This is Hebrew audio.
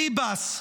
ביבס,